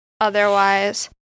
Otherwise